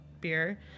beer